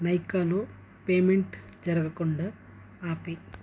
మైకలో payment జరగకుండా ఆపేయి